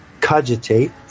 cogitate